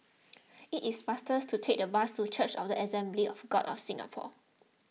it is faster to take the bus to Church of the Assemblies of God of Singapore